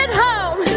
and home